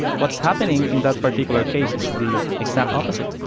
what's happening in that particular case is the exact opposite.